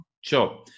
Sure